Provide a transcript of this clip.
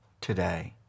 today